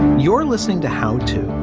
you're listening to how to.